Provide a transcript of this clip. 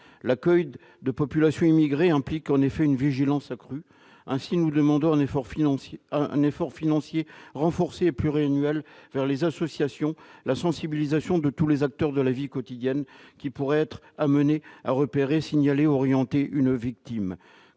L'accueil de populations immigrées implique en effet une vigilance accrue. Ainsi, nous demandons un effort financier renforcé et pluriannuel vers les associations et la sensibilisation de tous les acteurs de la vie quotidienne qui pourraient être amenés à repérer, signaler ou orienter une victime.